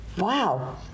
wow